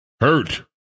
hurt